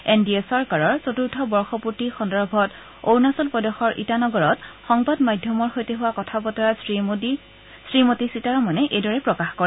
N D A চৰকাৰৰ চতৃৰ্থ বৰ্ষপৰ্তি সন্দৰ্ভত অৰুণাচল প্ৰদেশৰ ইটানগৰত সংবাদ মাধ্যমৰ সৈতে হোৱা কথা বতৰাত শ্ৰীমতী সীতাৰমণে এইদৰে প্ৰকাশ কৰে